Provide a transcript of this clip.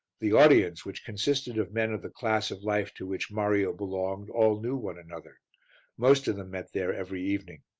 the audience, which consisted of men of the class of life to which mario belonged, all knew one another most of them met there every evening.